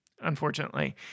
unfortunately